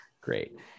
great